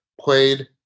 played